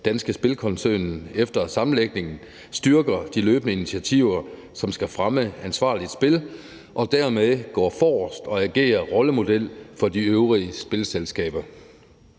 Danske Spil-koncernen efter sammenlægningen styrker de løbende initiativer, som skal fremme ansvarligt spil, og dermed går forrest og agerer rollemodel for de øvrige spilleselskaber.